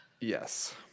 yes